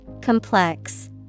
Complex